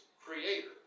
creator